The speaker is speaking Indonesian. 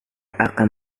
akan